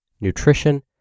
nutrition